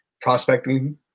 prospecting